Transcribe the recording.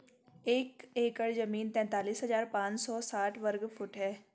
एक एकड़ जमीन तैंतालीस हजार पांच सौ साठ वर्ग फुट है